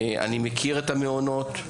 אני מכיר את המעונות,